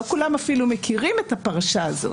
לא כולם אפילו מכירים את הפרשה הזאת.